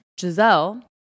Giselle